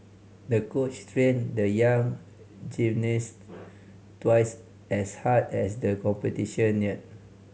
the coach trained the young gymnast twice as hard as the competition neared